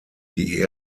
die